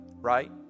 right